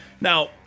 Now